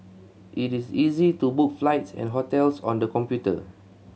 it is easy to book flights and hotels on the computer